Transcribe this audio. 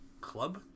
club